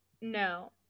No